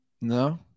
No